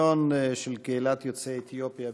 בנושא: ציון יום השוויון למען קהילת יוצאי אתיופיה.